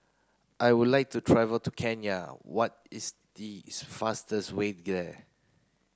I would like to travel to Kenya what is the fastest way there